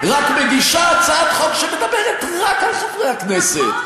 רק מגישה הצעת חוק שמדברת רק על חברי הכנסת.